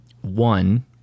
One